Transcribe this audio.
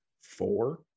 four